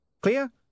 Clear